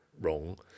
wrong